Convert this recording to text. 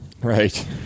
right